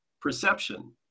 perception